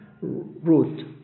root